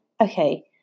Okay